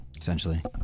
Essentially